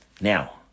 Now